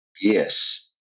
Yes